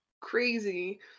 crazy